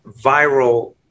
viral